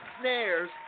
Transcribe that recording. snares